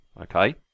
Okay